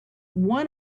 one